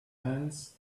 ants